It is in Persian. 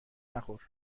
نخور